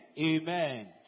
Amen